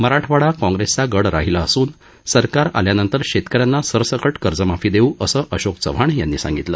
मराठवाडा काँग्रेसचा गड राहिला असून सरकार आल्यानंतर शेतक यांना सरसकट कर्ज माफी देऊ असं अशोक चव्हाण यांनी सांगितलं